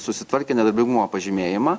susitvarkė nedarbingumo pažymėjimą